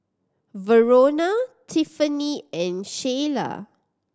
Verona Tiffany and Sheilah